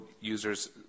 users